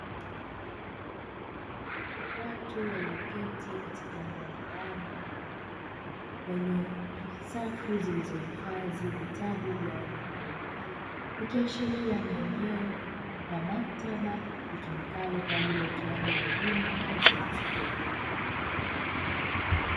Watu walioketi katika eneo la ndani lenye safu zilizohifadhi vitabu vya aina mbalimbali, ikiashiria ni eneo la maktaba litumikalo kwa ajili ya utoaji wa elimu ngazi ya chuo.